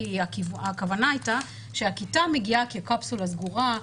כי הכוונה הייתה שהכיתה מגיעה כקפסולה סגורה,